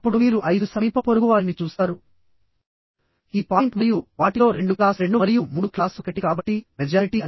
ఇది 1 2 5 6 మార్గం లో అయినా ఫెయిల్యూర్ అవ్వచ్చు